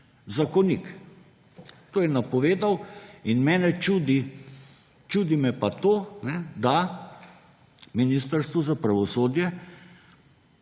zakonik. To je napovedal in mene čudi, čudi me to, da jim na Ministrstvu za pravosodje